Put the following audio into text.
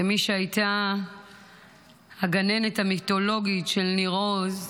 כמי שהייתה הגננת המיתולוגית של ניר עוז,